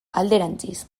alderantziz